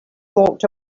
walked